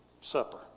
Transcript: supper